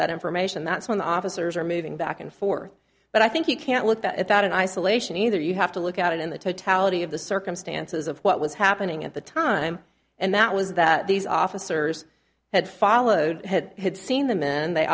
that information that's when the officers are moving back and forth but i think you can't look at that in isolation either you have to look at it in the totality of the circumstances of what was happening at the time and that was that these officers had followed had had seen the men they